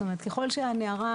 זאת אומרת ככול שהנערה,